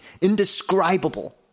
indescribable